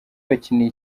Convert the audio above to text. bakinira